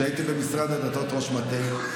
כשהייתי במשרד הדתות ראש מטה.